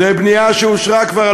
זאת בנייה שאושרה כבר,